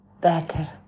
better